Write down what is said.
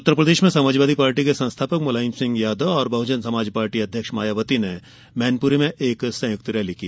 उत्तरप्रदेश में समाजवादी पार्टी के संस्थापक मुलायम सिंह यादव और बहजन समाज पार्टी अध्यक्ष मायावती ने मैनपुरी में संयुक्त रैली की